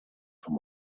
from